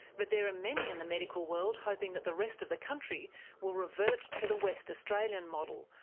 but there are many in the medical world hoping that the rest of the country will revert to the western australian model,